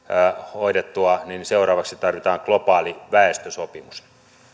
hoidettua niin seuraavaksi tarvitaan globaali väestösopimus